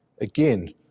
Again